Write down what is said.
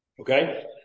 Okay